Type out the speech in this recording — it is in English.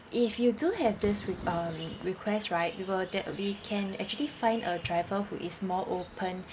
if you do have this re~ um request right we will def~ we can actually find a driver who is more open